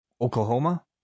Oklahoma